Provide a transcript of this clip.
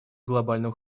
глобальным